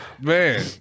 man